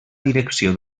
direcció